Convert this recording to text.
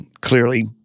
clearly